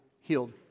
healed